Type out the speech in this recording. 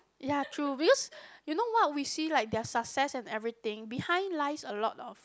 ya true because you know what we see like their success and everything behind lines a lot of